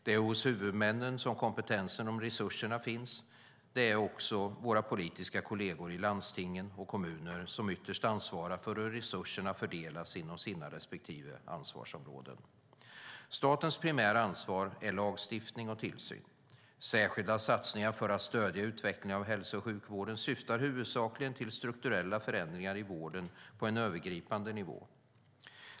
Det är hos huvudmännen som kompetensen och resurserna finns. Det är också våra politiska kolleger i landsting och kommuner som ytterst ansvarar för hur resurserna fördelas inom sina respektive ansvarsområden. Statens primära ansvar är lagstiftning och tillsyn. Särskilda satsningar för att stödja utvecklingen av hälso och sjukvården syftar huvudsakligen till strukturella förändringar i vården på en övergripande nivå.